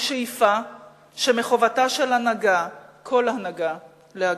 הוא שאיפה שמחובתה של הנהגה, כל הנהגה, להגשים.